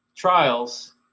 trials